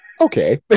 Okay